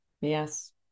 Yes